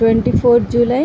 twenty four July